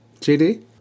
JD